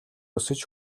өсөж